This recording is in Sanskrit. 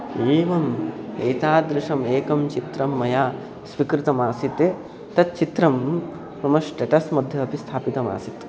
एवम् एतादृशम् एकं चित्रं मया स्वीकृतमासीत् तच्चित्रं मम स्टेटस् मध्ये अपि स्थापितमासीत्